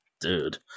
dude